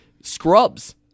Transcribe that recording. Scrubs